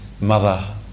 mother